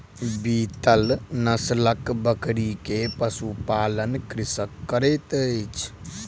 बीतल नस्लक बकरी के पशु पालन कृषक करैत अछि